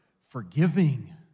forgiving